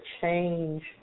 change